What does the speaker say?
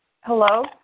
Hello